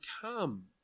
come